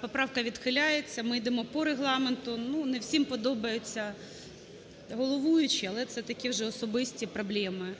поправка відхиляється. Ми йдемо по Регламенту. Ну, не всім подобається головуючий, але це такі вже особисті проблеми